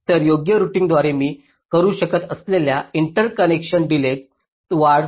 तर योग्य रूटिंगद्वारे मी करु शकत असलेल्या इंटरकनेक्शन डिलेज त वाढ